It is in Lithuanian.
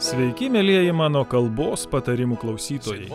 sveiki mielieji mano kalbos patarimų klausytojai